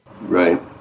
Right